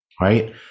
right